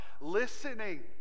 listening